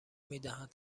میدهند